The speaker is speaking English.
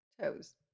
toes